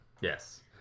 yes